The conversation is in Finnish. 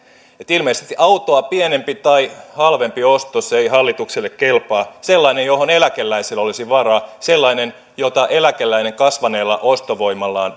ilmeisesti autoa pienempi tai halvempi ostos ei hallitukselle kelpaa sellainen johon eläkeläisellä olisi varaa sellainen jota eläkeläinen kasvaneella ostovoimallaan